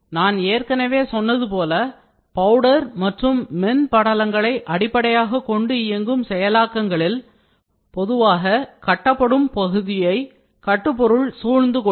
நான் ஏற்கனவே சொன்னது போல பவுடர் மற்றும் மென்படலங்களை அடிப்படையாக கொண்டு இயங்கும் செயலாக்கங்களில் பொதுவாக கட்டப்படும் பகுதியை கட்டு பொருள் சூழ்ந்துகொள்ளும்